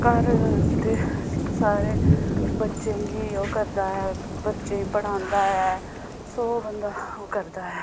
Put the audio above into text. घर दे सारे बच्चें गी ओह् करदा ऐ बच्चें गी पढ़ांदा ऐ सौ बंदा ओह् करदा ऐ